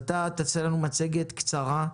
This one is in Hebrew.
אתה תראה לנו מצגת קצרה,